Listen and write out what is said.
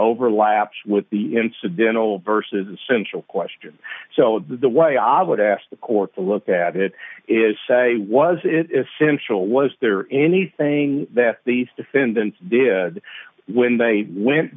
overlaps with the incidental versus essential question so the way i would ask the court to look at it is say was it essential was there anything that these defendants did when they went